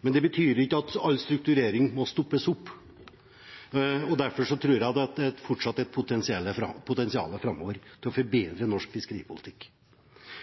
Men det betyr ikke at all strukturering må stoppe opp. Derfor tror jeg det fortsatt er et potensial framover til å forbedre norsk fiskeripolitikk.